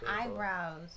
eyebrows